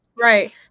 Right